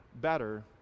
better